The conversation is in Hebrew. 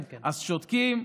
אז שותקים,